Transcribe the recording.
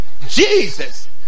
Jesus